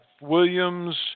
Williams